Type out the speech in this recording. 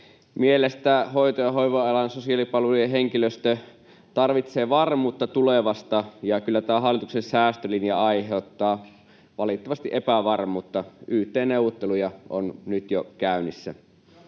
mielestä hoito- ja hoiva-alan sosiaalipalvelujen henkilöstö tarvitsee varmuutta tulevasta, ja kyllä tämä hallituksen säästölinja aiheuttaa valitettavasti epävarmuutta. Yt-neuvotteluja on nyt jo käynnissä.